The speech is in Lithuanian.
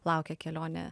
laukia kelionė